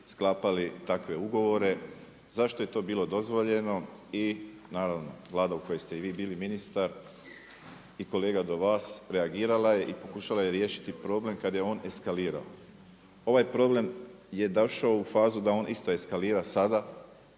sklapali takve ugovore, zašto je to bilo dozvoljeno i naravno, Vlada u kojoj ste i vi bili ministar i kolega do vas reagirala je i pokušala je riješiti problem kada je on eskalirao. Ovaj problem je došao u fazu da on isto eskalira sada,